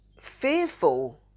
fearful